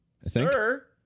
Sir